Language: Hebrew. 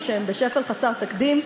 או שהם בשפל חסר תקדים,